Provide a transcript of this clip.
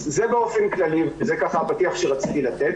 זה הפתיח שרציתי לתת.